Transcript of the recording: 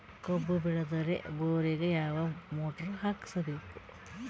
ಕಬ್ಬು ಬೇಳದರ್ ಬೋರಿಗ ಯಾವ ಮೋಟ್ರ ಹಾಕಿಸಬೇಕು?